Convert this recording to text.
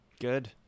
Good